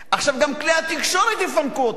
עכשיו גם כלי התקשורת יפנקו אותנו,